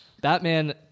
Batman